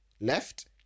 Left